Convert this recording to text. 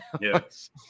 Yes